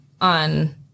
on